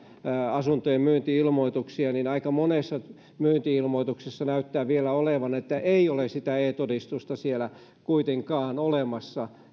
asuntojen myynti ilmoituksia niin aika monessa myynti ilmoituksessa näyttää vielä olevan että ei ole sitä e todistusta siellä kuitenkaan olemassa